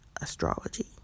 astrology